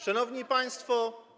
Szanowni Państwo!